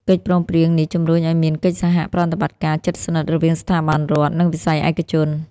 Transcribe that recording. កិច្ចព្រមព្រៀងនេះជំរុញឱ្យមានកិច្ចសហប្រតិបត្តិការជិតស្និទ្ធរវាងស្ថាប័នរដ្ឋ និងវិស័យឯកជន។